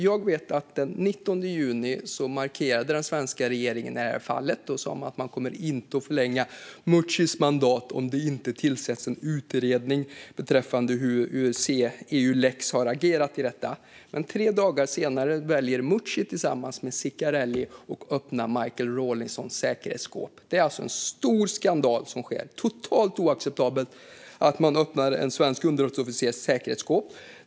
Jag vet att den 19 juni markerade den svenska regeringen i fallet och sa att man inte kommer att förlänga Meuccis mandat om det inte tillsätts en utredning beträffande hur Eulex hade agerat i detta. Tre dagar senar väljer Meucci tillsammans med Ceccarelli att öppna Michael Rawlinsons säkerhetsskåp. Det är alltså en stor skandal som sker. Det är totalt oacceptabelt att man öppnar en svensk underrättelseofficers säkerhetsskåp.